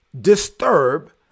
disturb